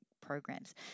programs